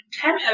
ten